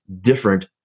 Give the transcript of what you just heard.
different